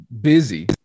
busy